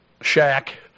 shack